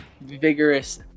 vigorous